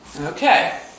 Okay